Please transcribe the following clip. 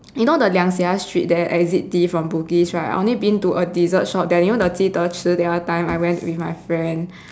you know the liang seah street there exit D from Bugis right I only been to a dessert shop there you know the Ji-de-chi the other time I went with my friend